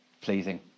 pleasing